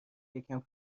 یکم